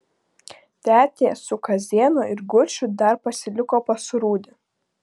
tetė su kazėnu ir guču dar pasiliko pas rūdį